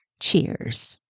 Cheers